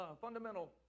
fundamental